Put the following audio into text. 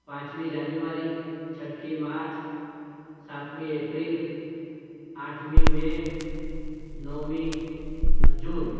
પાંચમી જાન્યુઆરી છઠ્ઠી માર્ચ સાતમી એપ્રિલ આઠમી મે નવમી જૂન